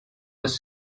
was